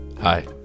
Hi